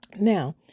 Now